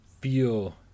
feel